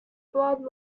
blood